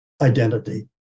identity